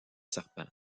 serpents